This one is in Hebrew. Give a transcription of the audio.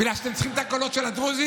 בגלל שאתם צריכים את הקולות של הדרוזים?